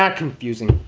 ah confusing.